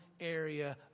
area